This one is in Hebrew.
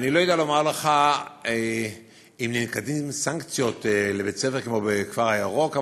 אני לא יודע לומר לך אם ננקטות סנקציות נגד בית-ספר כמו הכפר הירוק,